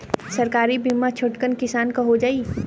सरकारी बीमा छोटकन किसान क हो जाई?